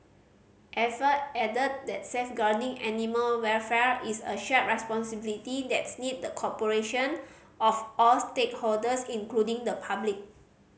Ava added that safeguarding animal welfare is a shared responsibility that needs the cooperation of all stakeholders including the public